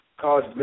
college